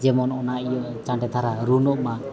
ᱡᱮᱢᱚᱱ ᱚᱱᱟ ᱤᱭᱟᱹ ᱪᱟᱸᱰᱮ ᱫᱷᱟᱨᱟ ᱨᱩᱱᱚᱜ ᱢᱟ